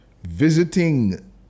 visiting